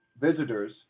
visitors